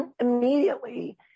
immediately